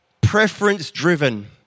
preference-driven